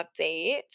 update